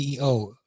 CEO